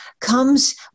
comes